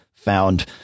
found